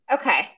Okay